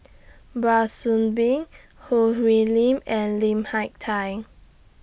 Soon Bee Choo Hwee Lim and Lim Hak Tai